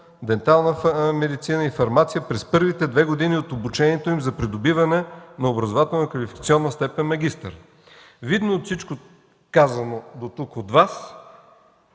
дентална медицина и фармация през първите две години от обучението им за придобиване на образователно-квалификационна степен „магистър”. Видно от всичко казано дотук от Вас,